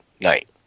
night